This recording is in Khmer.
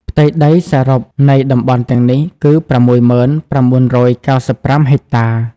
ផ្ទៃដីសរុបនៃតំបន់ទាំងនេះគឺ ៦០,៩៩៥ ហិកតា។